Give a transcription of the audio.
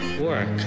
work